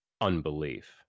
unbelief